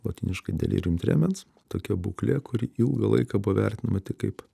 lotyniškai delirium tremens tokia būklė kuri ilgą laiką buvo vertinama tik kaip